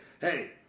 hey